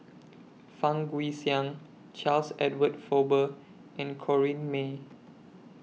Fang Guixiang Charles Edward Faber and Corrinne May